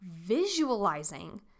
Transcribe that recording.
visualizing